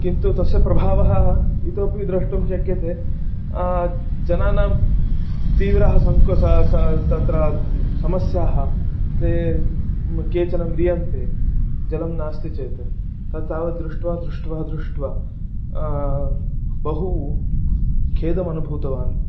किन्तु तस्य प्रभावः इतोपि द्रष्टुं शक्यते जनानां तीव्रः संकोचः सा तत्र समस्याः ते केचन म्रियन्ते जलं नास्ति चेत् त तावत् दृष्ट्वा दृष्ट्वा दृष्ट्वा बहु खेदम् अनुभूतवान्